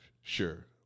Sure